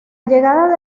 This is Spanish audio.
llegada